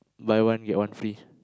buy one get one free